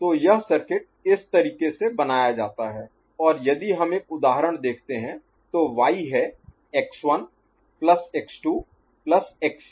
तो यह सर्किट इस तरीके से बनाया जाता है और यदि हम एक उदाहरण देखते हैं तो y है x1 plus x2 plus x7